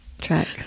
track